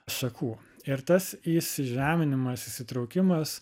šakų ir tas jis įžeminimas įsitraukimas